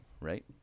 right